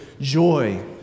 joy